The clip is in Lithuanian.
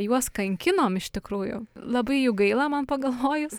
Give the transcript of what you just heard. juos kankinom iš tikrųjų labai jų gaila man pagalvojus